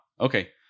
Okay